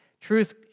truth